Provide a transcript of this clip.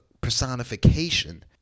personification